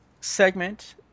segment